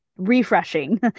refreshing